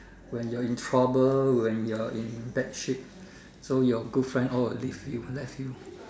when you're in trouble when you are in bad shape so your good friend all will leave you left you